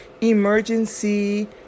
emergency